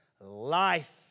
life